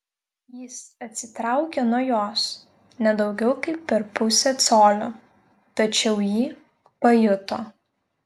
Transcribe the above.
jis atsitraukė nuo jos ne daugiau kaip per pusę colio tačiau ji pajuto